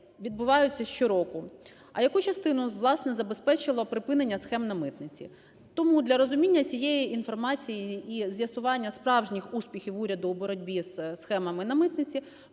відбуваються щороку, а яку частину, власне, забезпечило припинення схем для митниці. Тому для розуміння цієї інформації і з'ясування справжніх успіхів уряду у боротьбі з схемами на митниці